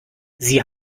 sie